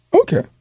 Okay